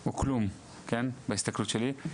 הוא כלום בהסתכלות שלי.